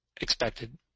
expected